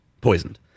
poisoned